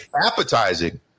appetizing